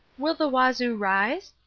will the wazoo rise?